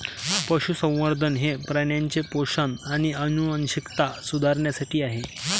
पशुसंवर्धन हे प्राण्यांचे पोषण आणि आनुवंशिकता सुधारण्यासाठी आहे